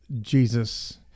Jesus